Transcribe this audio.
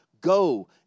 Go